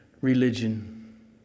Religion